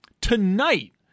Tonight